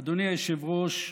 אדוני היושב-ראש,